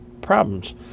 problems